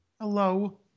Hello